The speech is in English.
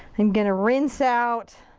i'm gonna rinse out